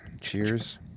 Cheers